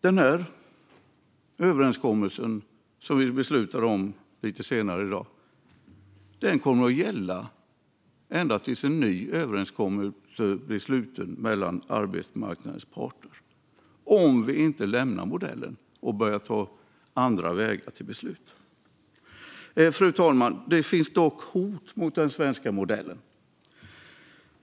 Den här överenskommelsen, som vi beslutar om lite senare i dag, kommer att gälla ända tills en ny överenskommelse sluts mellan arbetsmarknadens parter - om vi inte lämnar modellen och börjar ta andra vägar till beslut. Fru talman! Det finns dock hot mot den svenska modellen.